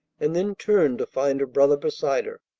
and then turned to find her brother beside her.